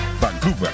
Vancouver